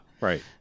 Right